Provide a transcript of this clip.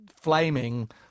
flaming